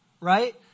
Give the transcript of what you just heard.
right